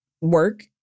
work